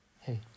hey